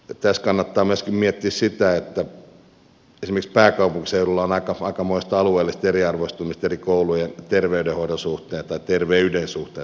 tässä kannattaa myöskin miettiä sitä että esimerkiksi pääkaupunkiseudulla on aikamoista alueellista eriarvoistumista eri koulujen terveydenhoidon suhteen tai terveyden suhteen sanotaan näin